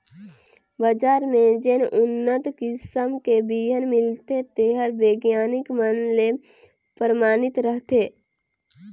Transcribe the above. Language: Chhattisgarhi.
बजार में जेन उन्नत किसम के बिहन मिलथे तेहर बिग्यानिक मन ले परमानित रथे